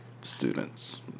students